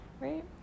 Right